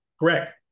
correct